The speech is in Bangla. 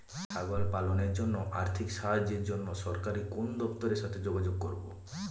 ছাগল পালনের জন্য আর্থিক সাহায্যের জন্য সরকারি কোন দপ্তরের সাথে যোগাযোগ করব?